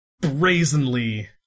brazenly